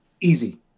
easy